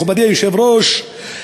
מכובדי היושב-ראש,